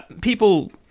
people